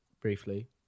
briefly